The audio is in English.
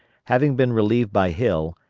having been relieved by hill,